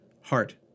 heart